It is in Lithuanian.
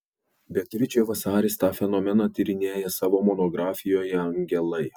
beatričė vasaris tą fenomeną tyrinėja savo monografijoje angelai